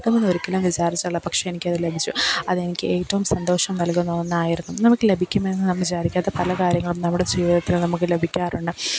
കിട്ടുമെന്ന് ഒരിക്കലും വിചാരിച്ചതല്ല പക്ഷെ എനിക്കത് ലഭിച്ചു അതെനിക്ക് ഏറ്റവും സന്തോഷം നൽകുന്ന ഒന്നായിരുന്നു നമുക്ക് ലഭിക്കുമെന്ന് നാം വിചാരിക്കാത്ത പല കാര്യങ്ങളും നമ്മുടെ ജീവിതത്തിൽ നമുക്ക് ലഭിക്കാറുണ്ട്